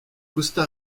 costa